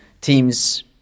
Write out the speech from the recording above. teams